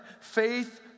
faith